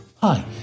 Hi